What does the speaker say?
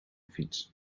fiets